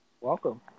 welcome